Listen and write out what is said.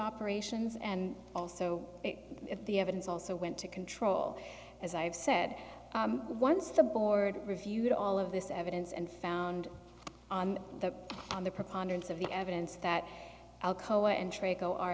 operations and also if the evidence also went to control as i've said once the board reviewed all of this evidence and found that on the preponderance of the evidence that al